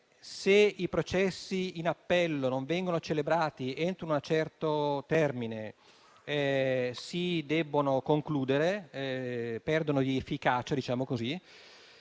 se i processi in appello non vengono celebrati entro un certo termine, si debbono concludere e perdono di efficacia.